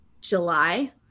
july